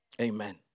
Amen